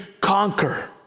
conquer